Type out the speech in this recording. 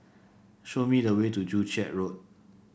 show me the way to Joo Chiat Road